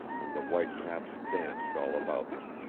and the white-caps danced all about them.